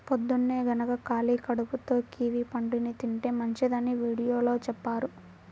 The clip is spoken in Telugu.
పొద్దన్నే గనక ఖాళీ కడుపుతో కివీ పండుని తింటే మంచిదని వీడియోలో చెప్పారు